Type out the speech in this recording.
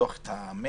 לפתוח את המשק,